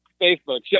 Facebook